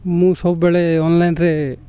ମୁଁ ସବୁବେଳେ ଅନ୍ଲାଇନ୍ରେ